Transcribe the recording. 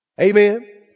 Amen